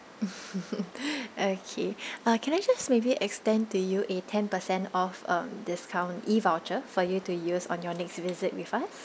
okay uh can I just maybe extend to you a ten per cent off um discount e-voucher for you to use on your next visit with us